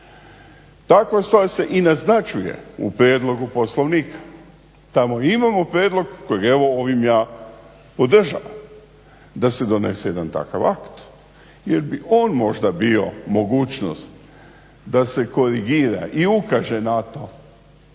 Takva stvar se i naznačuje u prijedlogu Poslovnika. Tamo i imamo prijedlog kojeg evo ovim ja podržavam da se donese jedan takav akt jer bi on možda bio mogućnost da se korigira i ukaže na to